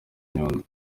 nyundo